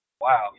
Wow